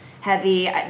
heavy